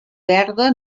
verda